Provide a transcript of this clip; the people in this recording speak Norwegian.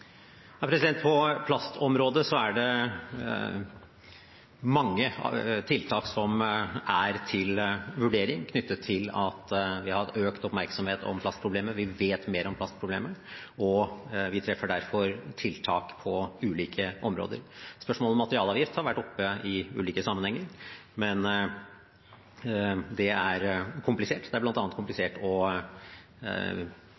På plastområdet er det mange tiltak som er til vurdering, knyttet til at vi har økt oppmerksomhet om plastproblemet. Vi vet mer om plastproblemet, og vi treffer derfor tiltak på ulike områder. Spørsmålet om materialavgift har vært oppe i ulike sammenhenger, men det er komplisert. Det er